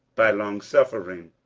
by longsuffering,